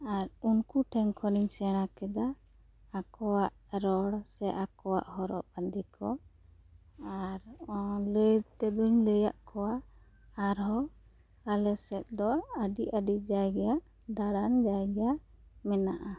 ᱟᱨ ᱩᱱᱠᱩ ᱴᱷᱮᱱ ᱠᱷᱚᱱ ᱤᱧ ᱥᱮᱬᱟ ᱠᱮᱫᱟ ᱟᱠᱚᱣᱟᱜ ᱨᱚᱲ ᱥᱮ ᱟᱠᱚᱣᱟᱜ ᱦᱚᱨᱚᱜ ᱵᱟᱸᱫᱮ ᱠᱚ ᱟᱨ ᱞᱟᱹᱭ ᱛᱮ ᱫᱚᱹᱧ ᱞᱟᱹᱭ ᱟᱫ ᱠᱚᱣᱟ ᱟᱨ ᱦᱚᱸ ᱟᱞᱮ ᱥᱮᱫ ᱫᱚ ᱟᱹᱰᱤ ᱟᱹᱰᱤ ᱡᱟᱭᱜᱟ ᱫᱟᱬᱟᱱ ᱡᱟᱭᱜᱟ ᱢᱮᱱᱟᱜᱼᱟ